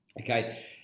Okay